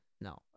no